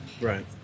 right